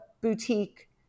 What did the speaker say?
boutique